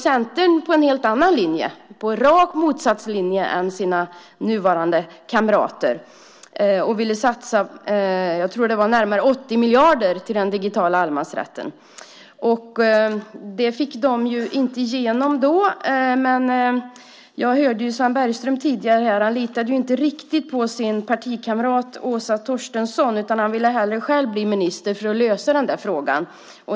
Centern var på rakt motsatt linje mot sina nuvarande kamrater och ville satsa närmare 80 miljarder, tror jag, på den digitala allemansrätten. Det fick de inte igenom då. Jag hörde att Sven Bergström inte riktigt litade på sin partikamrat Åsa Torstensson, utan hellre själv ville bli minister för att lösa frågan.